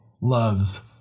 loves